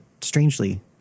strangely